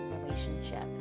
relationship